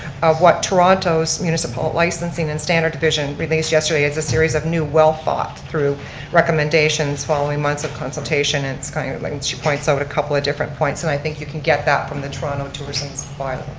of what toronto's municipal licensing and standard division released yesterday is a series of new well thought through recommendations, following months of consultation. and kind of like and she points out a couple of different points, and i think you can get that from the toronto tourism's bylaw.